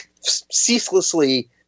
ceaselessly